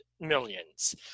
millions